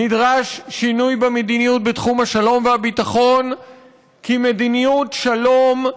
נדרש שינוי במדיניות בתחום השלום והביטחון כי מדיניות שלום,